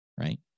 right